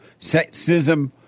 sexism